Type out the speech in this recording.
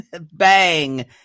Bang